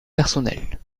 personnel